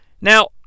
Now